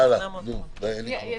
הלאה.